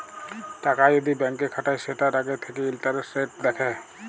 টাকা যদি ব্যাংকে খাটায় সেটার আগে থাকে ইন্টারেস্ট রেট দেখে